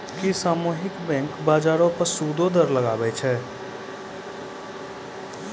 कि सामुहिक बैंक, बजारो पे सूदो दर लगाबै छै?